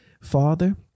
Father